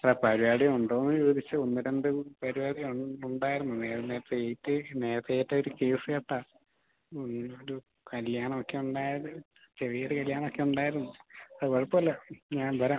വേറെ പരിപാടി ഉണ്ടോയെന്ന് ചോദിച്ചാൽ ഒന്നു രണ്ട് പരിപാടിയുണ്ട് ഉണ്ടായിരുന്നു നേരത്തെ ഏറ്റു നേരത്തെ ഏറ്റൊരു കേസുകെട്ടാണ് എന്നാലും കല്ല്യാണമൊക്കെ ഉണ്ടായിരുന്നു ചെറിയൊരു കല്ല്യാണമൊക്കുണ്ടായിരുന്നു അത് കുഴപ്പമില്ല ഞാൻ വരാം